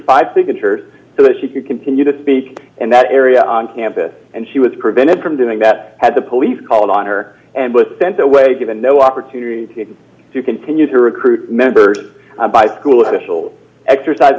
five signatures so that she could continue to speak in that area on campus and she was prevented from doing that had the police called on her and was sent away given no opportunity to continue to recruit members by school